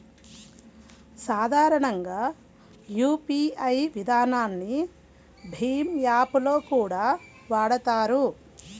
సాధారణంగా యూపీఐ విధానాన్ని భీమ్ యాప్ లో కూడా వాడతారు